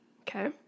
Okay